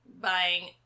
buying